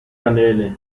candele